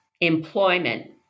employment